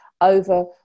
over